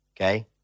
okay